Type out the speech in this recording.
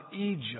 Egypt